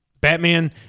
Batman